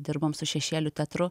dirbom su šešėlių teatru